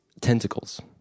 tentacles